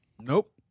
Nope